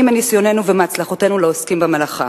מניסיוננו ומהצלחותינו לעוסקים במלאכה.